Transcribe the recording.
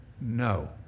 no